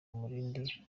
umurindi